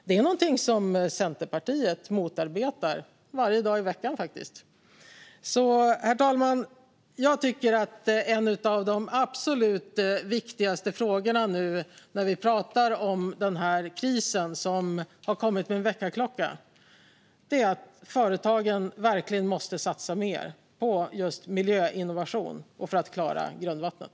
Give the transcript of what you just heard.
Det är något som Centerpartiet motarbetar - varje dag i veckan, faktiskt. Herr talman! Jag tycker att en av de absolut viktigaste frågorna när vi pratar om den här krisen, som har kommit med en väckarklocka, är att företagen verkligen måste satsa mer på just miljöinnovation och på att klara grundvattnet.